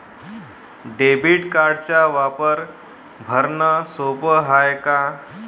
Debit कार्डचा वापर भरनं सोप हाय का?